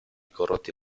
corrotti